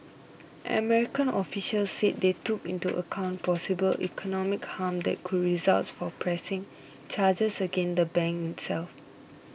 American officials said they took into account possible economic harm that could result from pressing charges against the bank itself